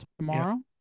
tomorrow